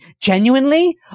genuinely